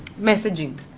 messaging.